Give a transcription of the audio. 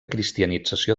cristianització